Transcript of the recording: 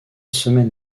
semaines